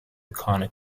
conic